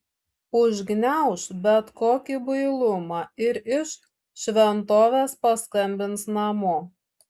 užgniauš bet kokį bailumą ir iš šventovės paskambins namo